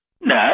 No